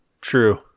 True